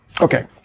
Okay